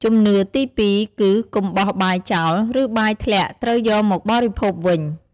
ជំនឿទីពីរ គឺកុំបោះបាយចោល ឬបាយធ្លាក់ត្រូវយកមកបរិភោគវិញ។